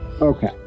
Okay